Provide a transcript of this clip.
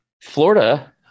Florida